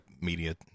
media